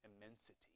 immensity